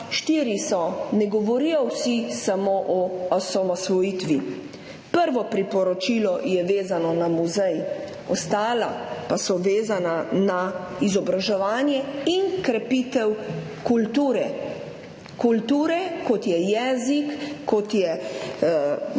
štiri so, ne govorijo vsa samo o osamosvojitvi. Prvo priporočilo je vezano na muzej, ostala pa so vezana na izobraževanje in krepitev kulture. Kulture, kot je jezik, kot je